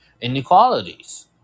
inequalities